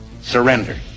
Surrender